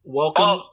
welcome